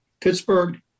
Pittsburgh